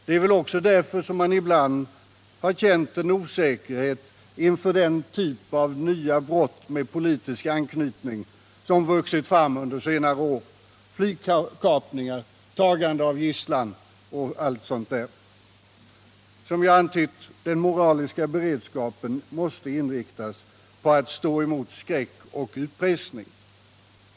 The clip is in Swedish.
Det är väl också därför som man ibland har känt en osäkerhet inför den typ av nya brott med politisk anknytning, som vuxit fram under senare år — flygkapningar, tagande av gisslan och allt sådant. Som jag antytt — den moraliska beredskapen måste inriktas på att stå emot skräck och utpressning.